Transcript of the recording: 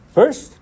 First